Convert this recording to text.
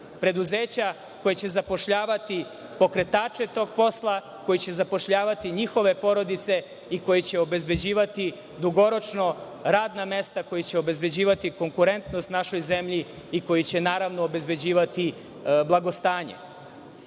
preduzeća koja će zapošljavati pokretače tog posla, koji će zapošljavati njihove porodice i koji će obezbeđivati dugoročno radna mesta, koji će obezbeđivati konkurentnost našoj zemlji i koji će, naravno obezbeđivati blagostanje. To